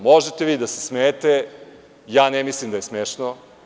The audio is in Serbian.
Možete vi da se smejete, ja ne mislim da je smešno.